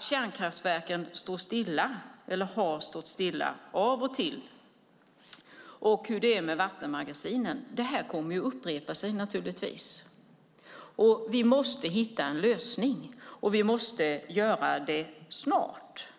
kärnkraftverken står stilla eller har stått stilla av och till, och nivån i vattenmagasinen, kommer naturligtvis att upprepas. Vi måste hitta en lösning, och vi måste göra det snart.